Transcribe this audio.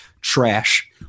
trash